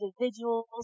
individuals